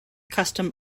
custom